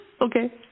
Okay